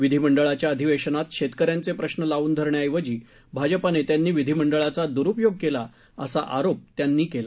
विधिमंडळाच्या अधिवेशनात शेतकऱ्यांचे प्रश्र लावून धरण्या ऐवजी भाजप नेत्यांनी विधीमंडळाचा द्रुपयोग केला असा आरोप त्यांनी केला